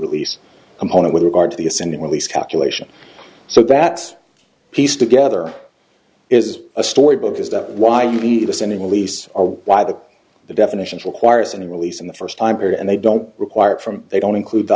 release component with regard to the ascending at least calculation so that piece together is a storybook is that why you leave us in a lease or why the definitions requires a new release in the first time period and they don't require it from they don't include the